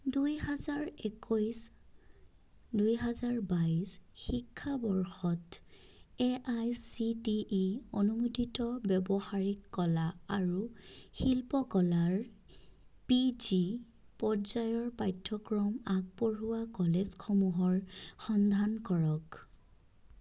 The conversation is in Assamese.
দুই হাজাৰ একৈছ দুই হাজাৰ বাইছ শিক্ষাবৰ্ষত এআইচিটিই অনুমোদিত ব্যৱহাৰিক কলা আৰু শিল্পকলাৰ পিজি পৰ্যায়ৰ পাঠ্যক্ৰম আগবঢ়োৱা কলেজসমূহৰ সন্ধান কৰক